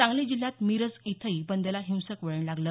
सांगली जिल्ह्यात मिरज इथही बंदला हिंसक वळण लागलं